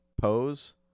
pose